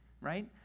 right